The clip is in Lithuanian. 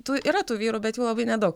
tų yra tų vyrų bet jų labai nedaug